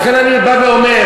לכן אני בא אומר,